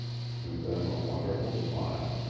threw them a wonderful smile.